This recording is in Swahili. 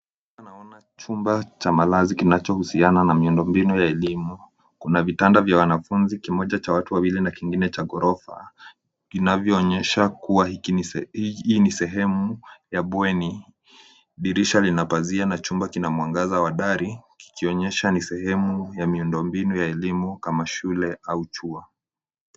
Naona chumba cha malazii kinachohusiana na miudo mbinu ya elimu, kuna vitanda vya wanafunzi, kimoja cha waty wawili na kingine cha ghorofa, inavyoonyesha kuwa hiki ni sehemu ya bweni, dirisha lina pazia na chumba kina mwangaza wa dari kikionyesha ni sehemu ya miundo mbinu ya elimu kama shule au chuo.